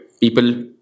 People